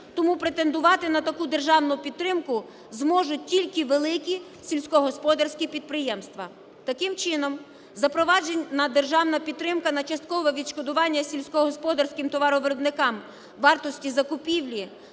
тому претендувати на таку державну підтримку зможуть тільки великі сільськогосподарські підприємства. Таким чином, запроваджена державна підтримка на часткове відшкодування сільськогосподарським товаровиробникам вартості закупівлі